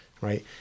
right